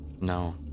No